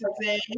today